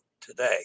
today